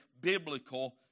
biblical